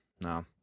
No